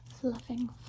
fluffing